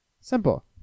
Simple